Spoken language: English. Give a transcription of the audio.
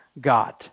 God